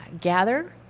gather